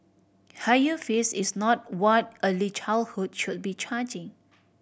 higher fees is not what early childhood should be charging